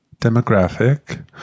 demographic